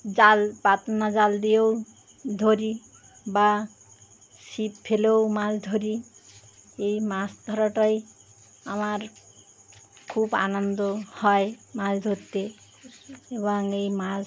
জাল পাতনা জাল দিয়েও ধরি বা ছিপ ফেলেও মাছ ধরি এই মাছ ধরাটাই আমার খুব আনন্দ হয় মাছ ধরতে এবং এই মাছ